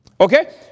Okay